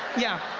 yeah,